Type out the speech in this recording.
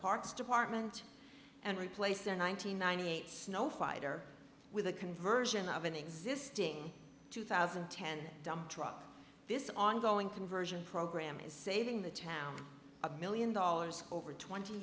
parks department and replace their nine hundred ninety eight snow fighter with the conversion of an existing two thousand and ten dump truck this ongoing conversion program is saving the town a million dollars over twenty